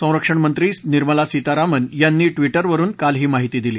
संरक्षणमंत्री निर्मला सीतारामन यांनी ट्विटरवरुन काल ही माहिती दिली